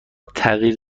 تغییر